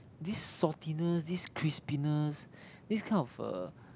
this saltiness this crispiness this kind of uh